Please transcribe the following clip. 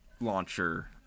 launcher